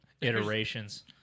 iterations